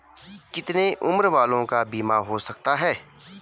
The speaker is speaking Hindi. कितने उम्र वालों का बीमा हो सकता है?